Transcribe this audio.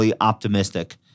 optimistic